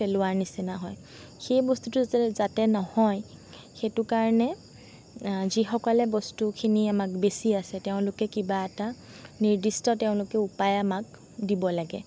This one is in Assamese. পেলোৱাৰ নিচিনা হয় সেই বস্তুটো যা যাতে নহয় সেইটো কাৰণে যিসকলে বস্তুখিনি আমাক বেচি আছে তেওঁলোকে কিবা এটা নিৰ্দিষ্ট তেওঁলোকে উপায় আমাক দিব লাগে